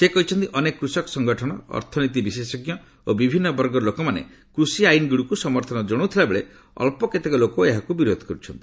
ସେ କହିଛନ୍ତି ଅନେକ କୃଷକ ସଙ୍ଗଠନ ଅର୍ଥନୀତି ବିଶେଷଜ୍ଞ ଓ ବିଭିନ୍ନ ବର୍ଗର ଲୋକମାନେ କୃଷି ଆଇନଗୁଡ଼ିକୁ ସମର୍ଥନ ଜଣାଉଥିବାବେଳେ ଅଳ୍ପ କେତେକ ଲୋକ ଏହାକୁ ବିରୋଧ କରୁଛନ୍ତି